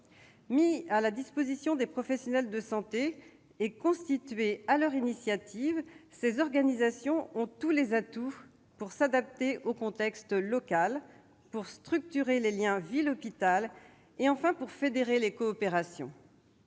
Mises à la disposition des professionnels de santé et constituées à leur initiative, ces organisations ont tous les atouts pour s'adapter au contexte local, pour structurer les liens ville-hôpital et pour fédérer les coopérations.